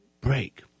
break